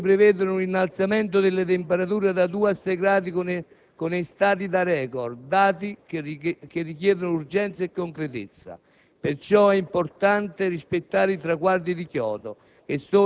Onorevoli senatori, gli studiosi prevedono un innalzamento delle temperature da due a sei gradi, con estati da record, dati che richiedono urgenza e concretezza.